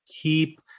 keep